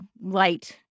light